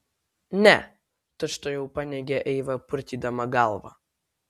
ne tučtuojau paneigė eiva purtydama galvą